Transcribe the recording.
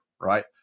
right